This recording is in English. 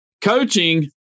coaching